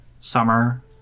summer